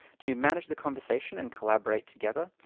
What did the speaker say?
to manage the conversation and collaborate together,